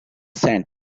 sand